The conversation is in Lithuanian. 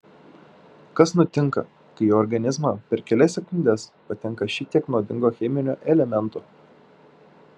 kas nutinka kai į organizmą per kelias sekundes patenka šitiek nuodingo cheminio elemento